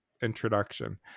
introduction